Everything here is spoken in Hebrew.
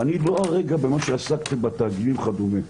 אני לא עוסק כרגע במה שעסקתם בתאגידים וכדומה,